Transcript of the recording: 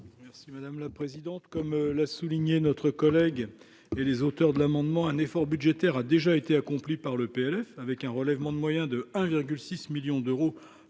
Merci madame la présidente, comme l'a souligné, notre collègue et les auteurs de l'amendement un effort budgétaire a déjà été accompli par le PLF avec un relèvement de moyen de 1 virgule 6 millions d'euros